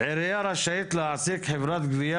"העירייה רשאית להעסיק חברת גבייה